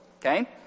Okay